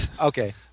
Okay